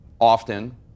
often